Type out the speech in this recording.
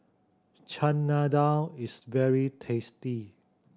Chana Dal is very tasty